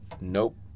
nope